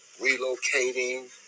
relocating